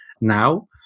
now